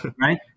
right